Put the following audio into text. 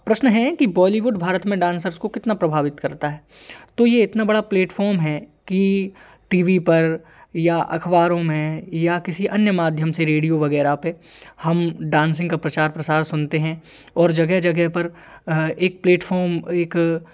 प्रश्न है कि बॉलीवुड भारत में डांसर्स को कितना प्रभावित करता है तो ये इतना बड़ा प्लेटफार्म है कि टी वी पर या अखबारों में या किसी अन्य माध्यम से रेडियो वगैरह पर हम डांसिंग का प्रचार प्रसार सुनते हैं और जगह जगह पर एक प्लेटफार्म एक